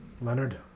Leonard